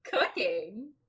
cooking